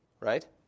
Right